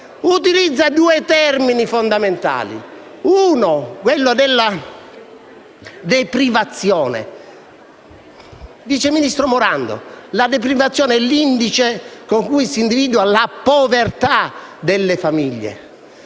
utilizza due termini fondamentali: il primo è quello della deprivazione. Vice ministro Morando, la deprivazione è l'indice con cui si individua la povertà delle famiglie,